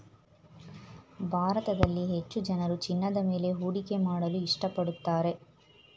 ಭಾರತದಲ್ಲಿ ಹೆಚ್ಚು ಜನರು ಚಿನ್ನದ ಮೇಲೆ ಹೂಡಿಕೆ ಮಾಡಲು ಇಷ್ಟಪಡುತ್ತಾರೆ